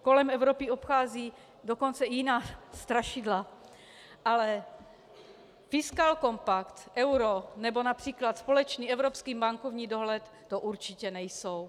Kolem Evropy obcházejí dokonce jiná strašidla, ale fiskálkompakt, euro nebo například společný evropský bankovní dohled, to určitě nejsou.